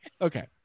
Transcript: Okay